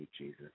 Jesus